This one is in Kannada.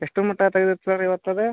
ಎಷ್ಟರ ಮಟ್ಟ ತೆಗ್ದಿತ್ತು ಸರ್ ಇವತ್ತದು